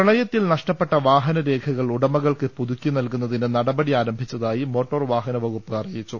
പ്രളയത്തിൽ നഷ്ടപ്പെട്ട വാഹനരേഖകൾ ഉടമകൾക്ക് പുതുക്കി നൽകുന്നതിന് നടപടി ആരംഭിച്ചതായി മോട്ടോർ വാഹന വുകപ്പ് അറിയിച്ചു